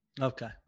Okay